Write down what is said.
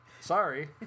Sorry